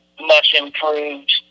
much-improved